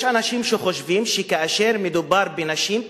יש אנשים שחושבים שכאשר מדובר בנשים,